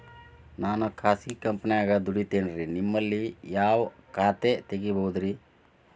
ನಾನು ಖಾಸಗಿ ಕಂಪನ್ಯಾಗ ದುಡಿತೇನ್ರಿ, ನಿಮ್ಮಲ್ಲಿ ಯಾವ ಖಾತೆ ತೆಗಿಬಹುದ್ರಿ?